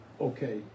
okay